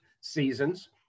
seasons